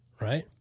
Right